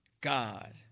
God